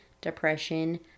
depression